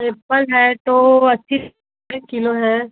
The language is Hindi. एप्पल है तो अस्सी रुपये किलो है